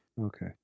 Okay